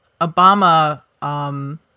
Obama